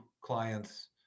clients